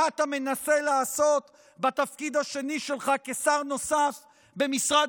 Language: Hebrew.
אתה מנסה לעשות בתפקיד השני שלך כשר נוסף במשרד